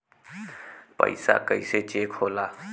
पैसा कइसे चेक होला?